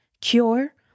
cure